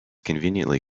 conveniently